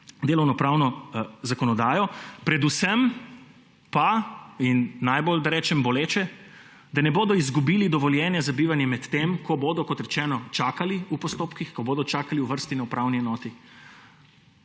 delovnopravno zakonodajo, predvsem pa in najbolj, da rečem, boleče, da ne bodo izgubili dovoljenja za bivanje, medtem ko bodo, kot rečeno, čakali v postopkih, ko bodo čakali v vrsti na upravni enoti,